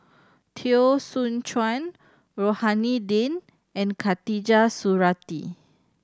Teo Soon Chuan Rohani Din and Khatijah Surattee